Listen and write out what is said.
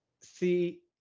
See